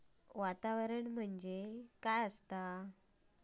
वातावरण म्हणजे काय असा?